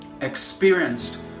experienced